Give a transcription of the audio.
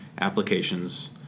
applications